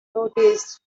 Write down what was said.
noticed